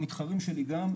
המתחרים שלי גם,